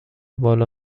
بالا